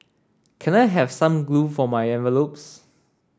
can I have some glue for my envelopes